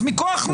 אז מכוח מה?